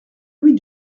louis